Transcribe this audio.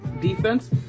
defense